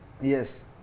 Yes